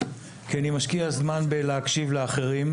כי אני משקיע בזמן בלהקשיב לאחרים,